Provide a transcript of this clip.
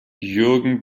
jürgen